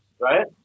right